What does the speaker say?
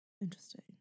Interesting